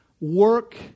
work